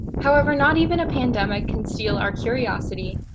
however, not even a pandemic can steal our curiosity,